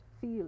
feel